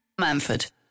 Manford